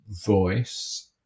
voice